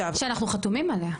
שאנחנו חתומים עליה.